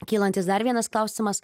kylantys dar vienas klausimas